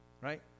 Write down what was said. right